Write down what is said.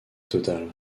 total